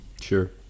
Sure